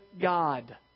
God